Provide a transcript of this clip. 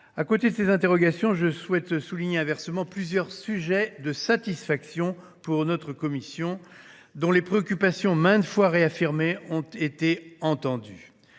À côté de ces interrogations, je soulignerai inversement plusieurs sujets de satisfaction pour notre commission, dont les préoccupations maintes fois réaffirmées ont été entendues.